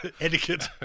etiquette